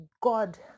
god